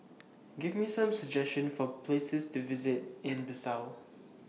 Give Me Some suggestions For Places to visit in Bissau